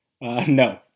No